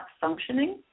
functioning